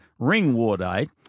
ringwoodite